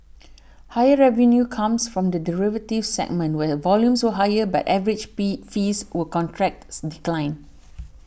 higher revenue comes from the derivatives segment where volumes were higher but average pee fees were contracts declined